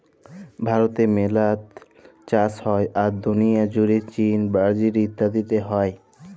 ভারতে মেলা ট চাষ হ্যয়, আর দুলিয়া জুড়ে চীল, ব্রাজিল ইত্যাদিতে হ্য়য়